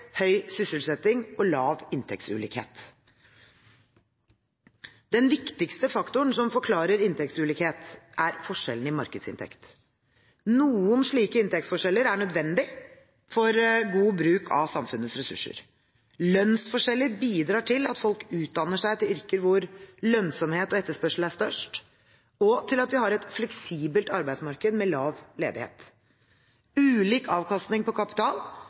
høy sysselsetting og lav inntektsulikhet. Den viktigste faktoren som forklarer inntektsulikhet, er forskjellene i markedsinntekt. Noen slike inntektsforskjeller er nødvendige for god bruk av samfunnets ressurser. Lønnsforskjeller bidrar til at folk utdanner seg til yrker hvor lønnsomhet og etterspørsel er størst, og til at vi har et fleksibelt arbeidsmarked med lav ledighet. Ulik avkastning på kapital